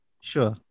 Sure